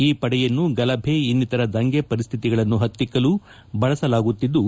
ಈ ಪಡೆಯನ್ನು ಗಲಭೆ ಇನ್ನಿತರ ದಂಗೆ ಪರಿಸ್ಥಿತಿಗಳನ್ನು ಹತ್ತಿಕ್ಕಲು ಬಳಸಲಾಗುತ್ತಿದ್ದು